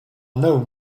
known